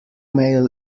mail